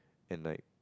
and like